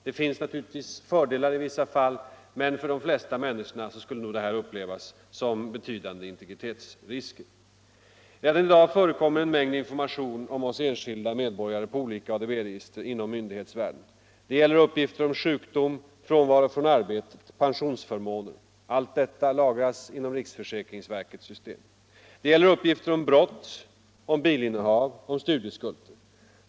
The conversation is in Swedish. Det finns naturligtvis fördelar i vissa fall, men för de flesta människorna 23 skulle nog det här upplevas som betydande integritetsrisker. Redan i dag förekommer en mängd information om oss enskilda medborgare på olika ADB-listor inom myndighetsvärlden. Det gäller uppgifter om sjukdom, frånvaro från arbete, pensionsförmåner — allt detta lagras inom riksförsäkringsverkets system. Det gäller uppgifter om brott, om bilinnehav, om studieskulder.